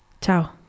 Ciao